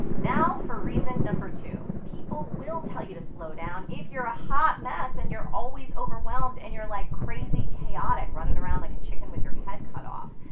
now for reason number two. people will tell you to slow down if you're a hot mess and you're always overwhelmed and you're like crazy chaotic running around like a chicken with your head cut off.